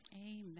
Amen